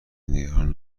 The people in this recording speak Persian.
نگران